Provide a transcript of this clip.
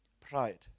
pride